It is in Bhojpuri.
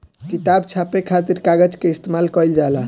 किताब छापे खातिर कागज के इस्तेमाल कईल जाला